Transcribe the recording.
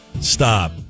Stop